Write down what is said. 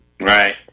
right